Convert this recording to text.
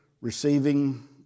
receiving